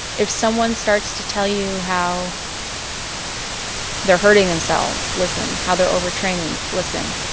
if someone starts to tell you how they're hurting themselves, listen, how they're overtraining, listen.